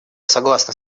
согласна